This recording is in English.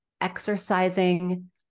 exercising